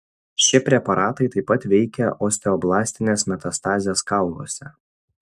šie preparatai taip pat veikia osteoblastines metastazes kauluose